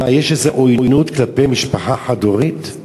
מה, יש איזו עוינות כלפי משפחה חד-הורית,